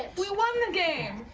we won the game.